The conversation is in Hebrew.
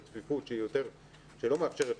בצפיפות שלא מאפשרת